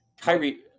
Kyrie